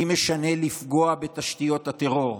לי משנה לפגוע בתשתיות הטרור.